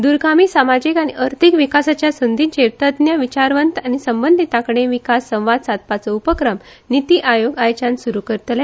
द्रगामी सामाजीक आनी अर्थिक विकासाच्या संधींचेर तङ्ग विचारवंत आनी संबंधितांकडेन विकास संवाद सादपाचो उपक्रम निती आयोग आयजच्यान सूरू करतले